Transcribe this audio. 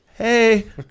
Hey